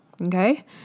Okay